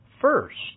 first